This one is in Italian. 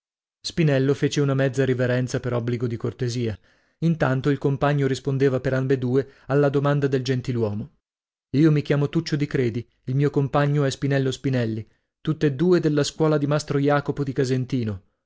spinello fece una mezza riverenza per obbligo di cortesia intanto il compagno rispondeva per ambedue alla domanda del gentiluomo io mi chiamo tuccio di credi il mio compagno è spinello spinelli tutt'e due della scuola di mastro jacopo di casentino